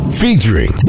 featuring